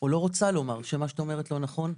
או לא רוצה לומר שמה שאת אומרת לא נכון.